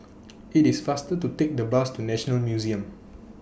IT IS faster to Take The Bus to National Museum